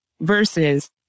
Versus